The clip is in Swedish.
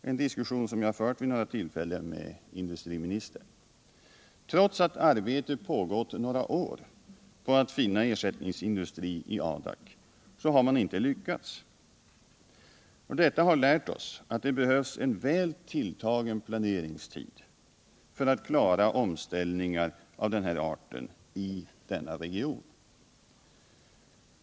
Regeringen har inte lyckats finna någon ersättningsindustri där, trots att arbetet med detta pågått under några år. Detta har lärt oss att det behövs en väl tilltagen planeringstid för att klara omställningar av den här arten i denna region.